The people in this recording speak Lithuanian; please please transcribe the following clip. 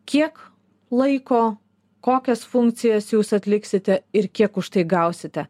kiek laiko kokias funkcijas jūs atliksite ir kiek už tai gausite